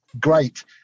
Great